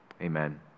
Amen